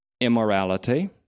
immorality